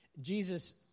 Jesus